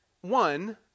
one